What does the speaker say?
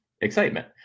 excitement